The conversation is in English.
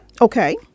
Okay